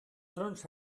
trons